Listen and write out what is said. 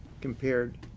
compared